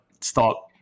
stop